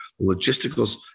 logisticals